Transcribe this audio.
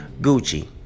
Gucci